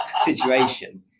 situation